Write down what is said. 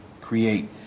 create